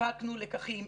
הפקנו לקחים,